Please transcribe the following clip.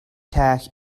tag